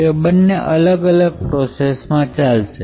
તો એ બંને અલગ પ્રોસેસમાં ચાલશે